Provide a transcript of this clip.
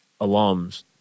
alums